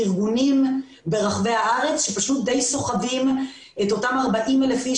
ארגונים ברחבי הארץ שסוחבים את אותם 40,000 אנשים